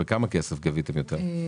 בכמה כסף גביתם יותר?